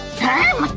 time